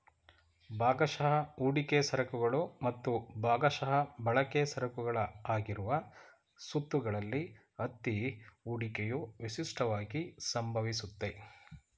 ಭಾಗಶಃ ಹೂಡಿಕೆ ಸರಕುಗಳು ಮತ್ತು ಭಾಗಶಃ ಬಳಕೆ ಸರಕುಗಳ ಆಗಿರುವ ಸುತ್ತುಗಳಲ್ಲಿ ಅತ್ತಿ ಹೂಡಿಕೆಯು ವಿಶಿಷ್ಟವಾಗಿ ಸಂಭವಿಸುತ್ತೆ